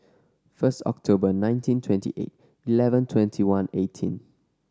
first October nineteen twenty eight eleven twenty one eighteen